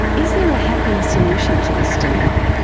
is there a happy solution to this dilemma?